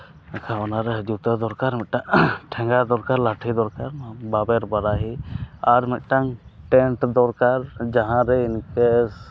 ᱮᱱᱠᱷᱟᱱ ᱚᱱᱟ ᱨᱮ ᱡᱩᱛᱟᱹ ᱫᱚᱨᱠᱟᱨ ᱢᱤᱫᱴᱟᱝ ᱴᱷᱮᱜᱟ ᱫᱚᱨᱠᱟᱨ ᱞᱟᱹᱴᱷᱤ ᱫᱚᱨᱠᱟᱨ ᱵᱟᱵᱮᱨ ᱵᱟᱨᱟᱦᱤ ᱟᱨ ᱢᱤᱫᱴᱟᱝ ᱴᱮᱱᱴ ᱫᱚᱨᱠᱟᱨ ᱡᱟᱦᱟᱸ ᱨᱮ ᱤᱱᱠᱮᱥ